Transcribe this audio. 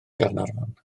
gaernarfon